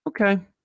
okay